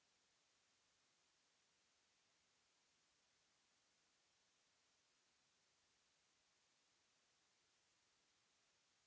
...